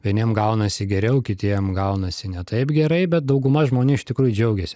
vieniem gaunasi geriau kitiem gaunasi ne taip gerai bet dauguma žmonių iš tikrųjų džiaugiasi